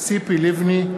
ציפי לבני,